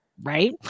Right